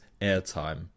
airtime